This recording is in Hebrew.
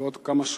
בעוד כמה שעות.